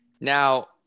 now